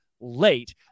late